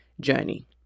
journey